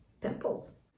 pimples